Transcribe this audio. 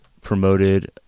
promoted